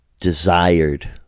desired